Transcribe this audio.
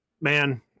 man